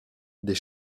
des